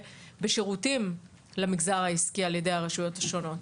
בשירותים למגזר העסקי על ידי הרשויות השונות.